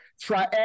try